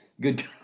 good